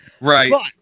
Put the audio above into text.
Right